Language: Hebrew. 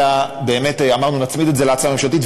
אלא באמת אמרנו: נצמיד את זה להצעה הממשלתית,